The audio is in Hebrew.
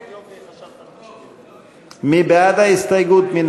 מי נגד ההסתייגות?